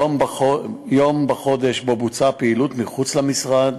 יום בחודש שבו בוצעו הפעילויות מחוץ למשרד,